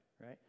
right